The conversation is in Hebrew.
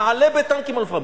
נעלה בטנקים על עופרה.